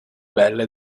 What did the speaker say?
belle